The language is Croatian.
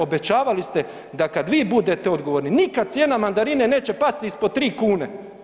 Obećavali ste da kad vi budete odgovorni nikad cijena mandarine neće pasti ispod 3 kune.